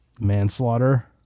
manslaughter